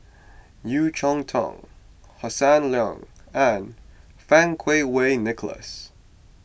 Yeo Cheow Tong Hossan Leong and Fang Kuo Wei Nicholas